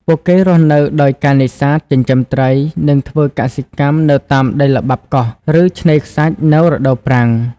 ពួកគេរស់នៅដោយការនេសាទ ចិញ្ចឹមត្រី និងធ្វើកសិកម្មនៅតាមដីល្បាប់កោះ ឬឆ្នេរខ្សាច់នៅរដូវប្រាំង។